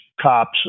cops